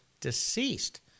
deceased